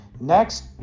Next